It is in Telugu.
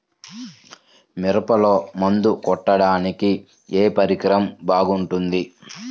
మిరపలో మందు కొట్టాడానికి ఏ పరికరం బాగుంటుంది?